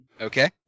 Okay